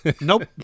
nope